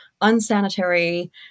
unsanitary